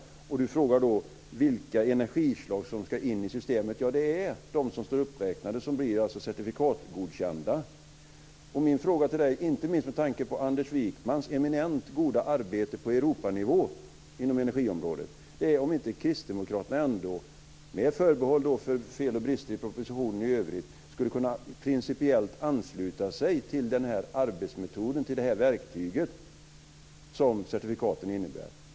Inger Strömbom frågar då vilka energislag som ska in i systemet. Det är alltså de som blir certifikatgodkända. Inte minst med tanke på Anders Wijkmans eminent goda arbete på Europanivå inom energiområdet undrar jag om inte Kristdemokraterna, med förbehåll för fel och brister i propositionen i övrigt, principiellt skulle kunna ansluta sig till arbetsmetoden, verktyget, som certifikaten innebär.